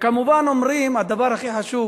וכמובן אומרים, הדבר הכי חשוב,